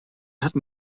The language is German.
hatten